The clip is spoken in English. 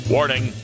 Warning